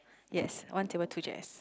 yes one table two chairs